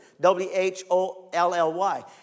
W-H-O-L-L-Y